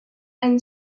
and